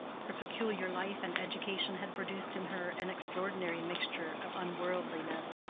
her peculiar life and education had produced in her an extraordinary mixture of unworldliness,